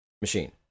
machine